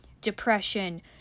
depression